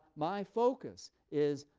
my focus is,